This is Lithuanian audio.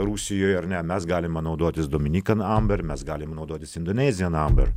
rusijoje ar ne mes galime naudotis dominykan amber mes galim naudotis indonezijan amber